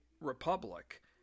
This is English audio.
republic